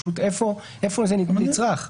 פשוט איפה זה נצרך.